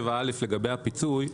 בסעיף 37א לגבי הפיצוי,